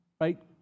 right